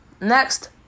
next